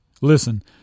Listen